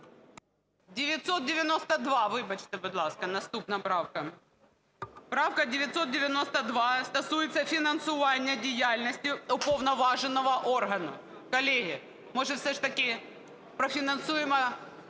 992, вибачте, будь ласка, наступна правка. Правка 992 стосується фінансування діяльності уповноваженого органу. Колеги, може все ж таки профінансуємо